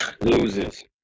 loses